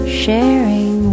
sharing